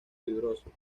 fibrosos